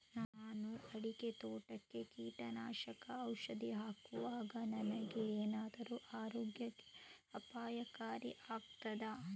ನಾನು ಅಡಿಕೆ ತೋಟಕ್ಕೆ ಕೀಟನಾಶಕ ಔಷಧಿ ಹಾಕುವಾಗ ನನಗೆ ಏನಾದರೂ ಆರೋಗ್ಯಕ್ಕೆ ಅಪಾಯಕಾರಿ ಆಗುತ್ತದಾ?